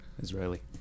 israeli